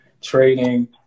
trading